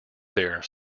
there